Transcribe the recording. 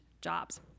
jobs